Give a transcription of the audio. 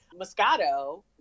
Moscato